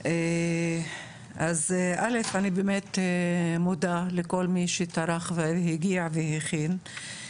אז א' אני באמת מודה לכל מי שטרח והגיע והכין,